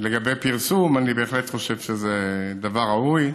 לגבי פרסום, אני בהחלט חושב שזה דבר ראוי.